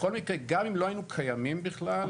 בכל מקרה גם אם לא היינו קיימים בכלל,